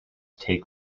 take